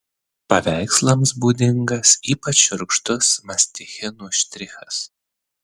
paveikslams būdingas ypač šiurkštus mastichinų štrichas